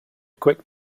quick